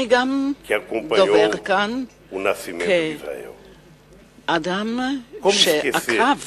אני גם דובר כאן כאדם שעקב